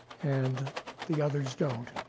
and the others don't.